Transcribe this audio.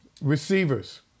receivers